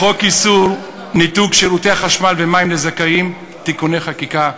איסור ניתוק שירותי חשמל ומים לזכאים (תיקוני חקיקה).